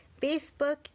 Facebook